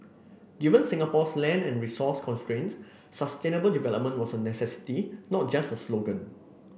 given Singapore's land and resource constraints sustainable development was a necessity not just a slogan